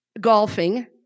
golfing